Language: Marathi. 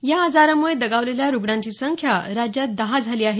या आजारामुळे दगावलेल्या रुग्णांची संख्या राज्यात दहा झाली आहे